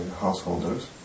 householders